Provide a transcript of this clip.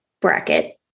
bracket